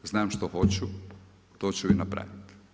Znam što hoću, to ću i napraviti.